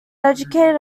educated